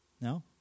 No